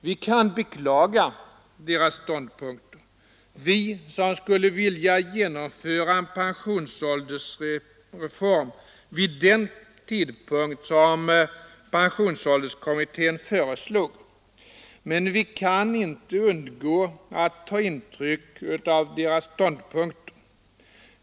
Vi kan beklaga deras ståndpunkt, vi som skulle vilja genomföra en pensionsåldersreform vid den tid som pensionsålderskommittén föreslog, men vi kan inte undgå att ta intryck av deras ståndpunkter.